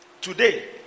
Today